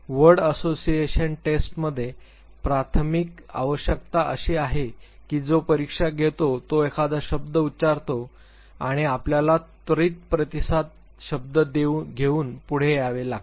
word association टेस्टमध्ये प्राथमिक आवश्यकता अशी आहे की जो परीक्ष घेतो तो एखादा शब्द उच्चारतो आणि आपल्याला त्वरित प्रतिसाद शब्द घेऊन पुढे यावे लागते